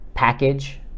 package